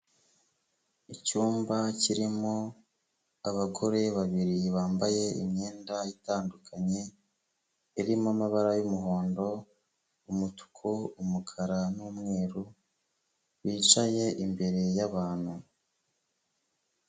Icyumba kirimo abagore babiri bambaye imyenda itandukanye, irimo amabara y'umuhondo, umutuku umukara n'umweru bicaye imbere y'abantu.